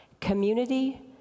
Community